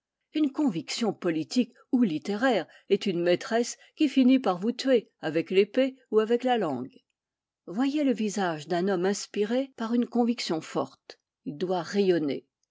une conviction politique ou littéraire est une maîtresse qui finit par vous tuer avec l'épée ou avec la langue voyez le visage d'un homme inspiré par une forte il doit rayonner